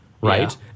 right